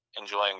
enjoying